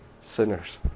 sinners